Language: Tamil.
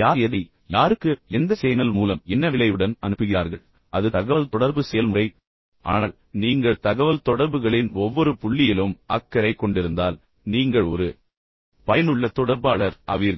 யார் எதை யாருக்கு எந்த சேனல் மூலம் என்ன விளைவுடன் அனுப்புகிறார்கள் அது தகவல்தொடர்பு செயல்முறை ஆனால் நீங்கள் தகவல்தொடர்புகளின் ஒவ்வொரு புள்ளியிலும் அக்கறை கொண்டிருந்தால் நீங்கள் ஒரு பயனுள்ள தொடர்பாளர் ஆவீர்கள்